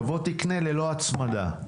תבוא תקנה ללא הצמדה.